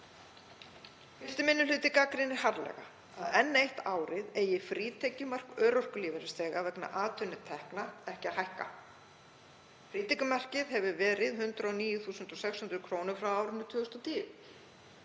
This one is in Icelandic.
Fyrsti minni hluti gagnrýnir harðlega að enn eitt árið eigi frítekjumark örorkulífeyrisþega vegna atvinnutekna ekki að hækka. Frítekjumarkið hefur verið 109.600 kr. frá árinu 2010.